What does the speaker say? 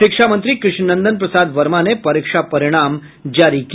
शिक्षा मंत्री कृष्णनंदन प्रसाद वर्मा ने परीक्षा परिणाम जारी किया